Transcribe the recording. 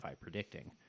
predicting